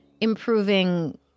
improving